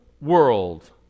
world